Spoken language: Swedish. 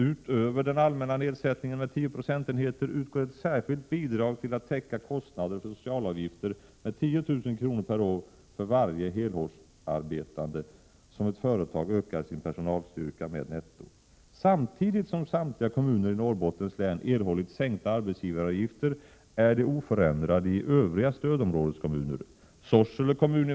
Utöver den allmänna nedsättningen med 10 procentenheter utgår ett särskilt bidrag om 10 000 kr./år för varje helårsarbetande för att täcka kostnader för socialavgifter i företag som ökar sin personalstyrka. Samtidigt som samtliga kommuner i Norrbottens län erhållit sänkta arbetsgivaravgifter är de oförändrade i övriga stödområdeskommuner.